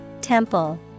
Temple